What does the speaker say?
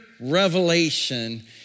revelation